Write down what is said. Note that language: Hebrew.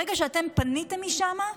ברגע שאתם פניתם משם,